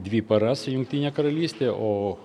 dvi paras į jungtinę karalystę o